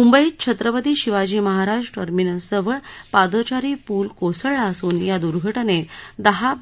मुंबईत छत्रपती शिवाजी महाराज र्मिनसजवळ पादचारी पूल कोसळला असून या दुर्घाजेत दहा